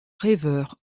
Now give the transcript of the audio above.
rêveur